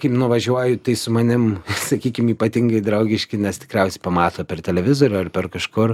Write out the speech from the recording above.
kai nuvažiuoju tai su manim sakykim ypatingai draugiški nes tikriausiai pamato per televizorių ar per kažkur